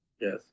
Yes